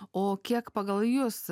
o kiek pagal jus